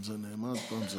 סגמן, בבקשה.